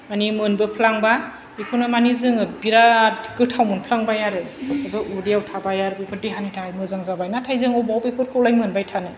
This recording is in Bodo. मानि मोनबोफ्लांबा बेखौनो मानि जोङो बिराथ गोथाव मोनफ्लांबाय आरो उदैआव थाबाय आरो बेफोर देहानि थाखाय मोजां जाबाय नाथाय जों अबाव बेफोरखौमालाय मोनबाय थानो